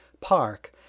park